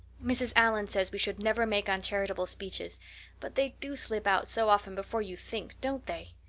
mrs. allan says we should never make uncharitable speeches but they do slip out so often before you think, don't they?